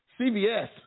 CVS